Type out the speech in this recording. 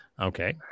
Okay